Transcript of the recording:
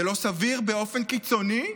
זה לא סביר באופן קיצוני?